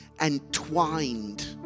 entwined